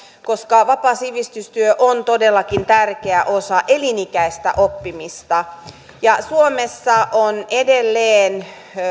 koska vapaa sivistystyö on todellakin tärkeä osa elinikäistä oppimista suomessa on edelleen